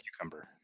cucumber